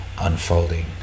unfolding